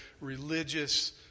religious